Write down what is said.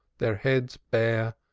their heads bare,